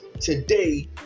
today